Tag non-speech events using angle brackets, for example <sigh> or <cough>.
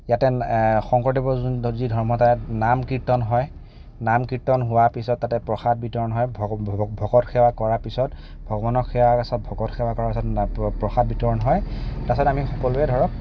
ইয়াতে শংকৰদেৱ <unintelligible> যি ধৰ্ম তাত নাম কীৰ্তন হয় নাম কীৰ্তন হোৱাৰ পিছত তাতে প্ৰসাদ বিতৰণ হয় ভকত সেৱা কৰাৰ পিছত ভগৱানক সেৱা পিছত ভকত সেৱা কৰা পিছত প্ৰসাদ বিতৰণ হয় তাৰ পিছত আমি সকলোৱে ধৰক